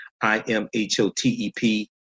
I-M-H-O-T-E-P